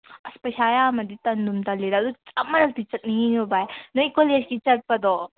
ꯑꯁ ꯄꯩꯁꯥ ꯌꯥꯝꯃꯗꯤ ꯇꯟꯗꯨꯝ ꯇꯜꯂꯤꯗ ꯑꯗꯨ ꯑꯃꯔꯛꯇꯤ ꯆꯠꯅꯤꯡꯉꯤꯉꯣ ꯕꯥꯏ ꯅꯣꯏ ꯀꯣꯂꯦꯖꯀꯤ ꯆꯠꯄꯗꯣ